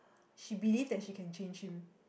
she believe that she can change him